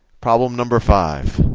problem number five.